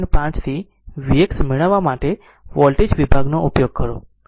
5 થી vx મેળવવા માટે વોલ્ટેજ વિભાગનો ઉપયોગ કરો